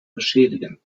beschädigen